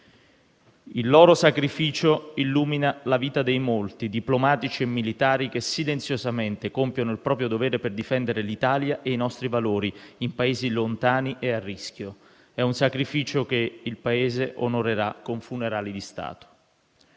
Il loro sacrificio illumina la vita dei molti diplomatici e militari che silenziosamente compiono il proprio dovere per difendere l'Italia e i nostri valori, in Paesi lontani e a rischio. È un sacrificio che il Paese onorerà con funerali di Stato.